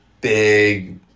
big